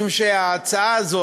משום שההצעה הזאת,